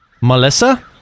Melissa